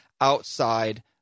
outside